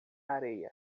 areia